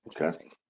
Okay